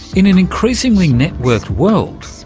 in an increasingly networked world,